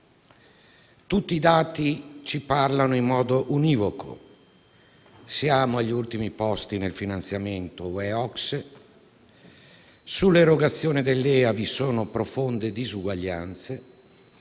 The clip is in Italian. Tutti i dati ci parlano in modo univoco - siamo agli ultimi posti nel finanziamento UE-OCSE; sull'erogazione dei LEA vi sono profonde disuguaglianze,